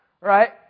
Right